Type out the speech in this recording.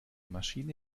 maschine